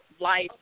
life